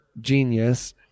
genius